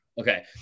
Okay